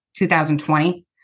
2020